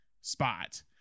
spot